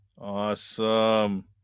Awesome